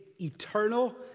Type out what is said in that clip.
eternal